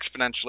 exponentially